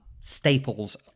staples